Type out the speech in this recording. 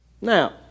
Now